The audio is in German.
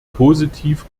positiv